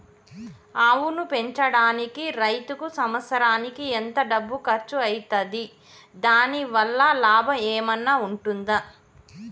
ఆవును పెంచడానికి రైతుకు సంవత్సరానికి ఎంత డబ్బు ఖర్చు అయితది? దాని వల్ల లాభం ఏమన్నా ఉంటుందా?